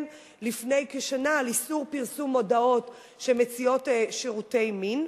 לפני כשנה על איסור פרסום מודעות שמציעות שירותי מין.